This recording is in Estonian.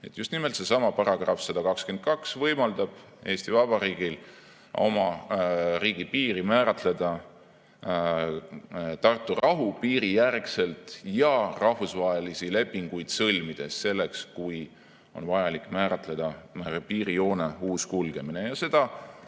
just nimelt seesama § 122 võimaldab Eesti Vabariigil oma riigipiiri määratleda Tartu rahu piiri järgselt ja [ka] rahvusvahelisi lepinguid sõlmides, kui on vajalik määratleda piirijoone uus kulgemine. Ja selle